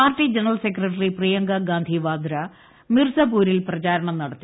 party general secretary Priyanka Gandhi Vadra മിർസാ പൂരിൽ പ്രചാരണം നടുത്തി